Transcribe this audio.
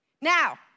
Now